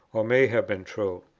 or may have been true.